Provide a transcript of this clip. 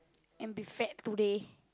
and be fat today